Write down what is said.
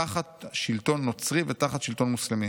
תחת שלטון נוצרי ותחת שלטון מוסלמי.